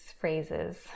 phrases